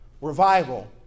revival